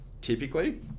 typically